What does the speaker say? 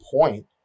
point